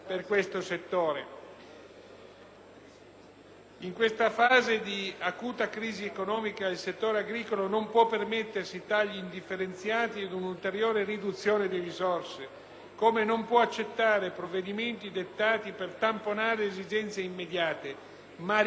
In questa fase di acuta crisi economica il settore agricolo non può permettersi tagli indifferenziati ed un'ulteriore riduzione di risorse, come non può accettare provvedimenti dettati per tamponare esigenze immediate, ma richiede una revisione complessiva.